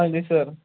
Haji sir